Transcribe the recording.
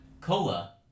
Cola